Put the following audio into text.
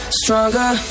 stronger